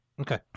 Okay